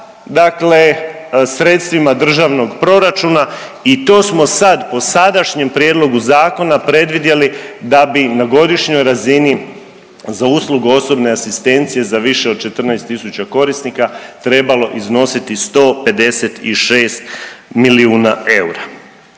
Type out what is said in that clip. dakle sredstvima državnog proračuna i to smo sad po sadašnjem prijedlogu zakona predvidjeli da bi na godišnjoj razini za uslugu osobne asistencije za više 14 tisuća korisnika trebalo iznositi 156 milijuna eura.